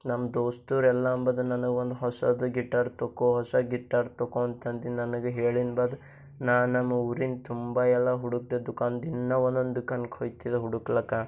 ನಮ್ಮ ದೋಸ್ತರೆಲ್ಲ ಅಂಬೋದು ನನಗೆ ಒಂದು ಹೊಸದು ಗಿಟಾರ್ ತಗೋ ಹೊಸ ಗಿಟಾರ್ ತಗೋ ಅಂತಂದು ನನಗೆ ಹೇಳಿನ ಬಾದ್ ನಾನು ನಮ್ಮ ಊರಿನ ತುಂಬ ಎಲ್ಲ ಹುಡುಕಿದೆ ದುಕಾನ್ ದಿನಾ ಒಂದೊಂದು ದುಕಾನಕ್ಕ ಹೋಯ್ತಿದ್ದೆ ಹುಡುಕ್ಲಿಕ್ಕ